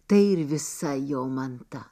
tai ir visa jo manta